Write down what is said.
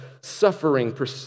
suffering